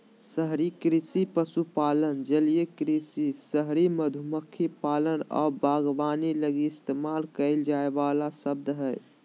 शहरी कृषि पशुपालन, जलीय कृषि, शहरी मधुमक्खी पालन आऊ बागवानी लगी इस्तेमाल कईल जाइ वाला शब्द हइ